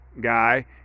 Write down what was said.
guy